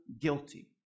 guilty